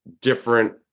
different